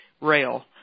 rail